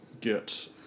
get